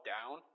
Down